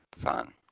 Fun